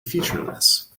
featureless